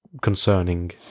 concerning